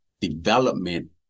development